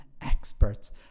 experts